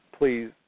Please